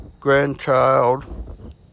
grandchild